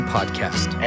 Podcast